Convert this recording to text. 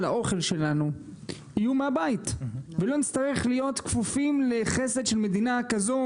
האוכל שלנו יהיו מהבית ולא נצטרך להיות כפופים לחסד של מדינה כזו,